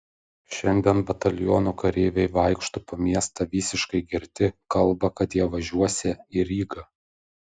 šiandien bataliono kareiviai vaikšto po miestą visiškai girti kalba kad jie važiuosią į rygą